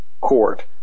Court